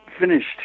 finished